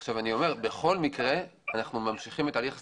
בכל מקרה אנחנו ממשיכים את ההליך הסטטוטורי.